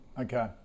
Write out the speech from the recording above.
Okay